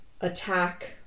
attack